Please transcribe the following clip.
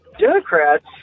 Democrats